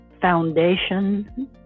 foundation